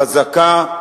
חזקה,